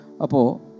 Apo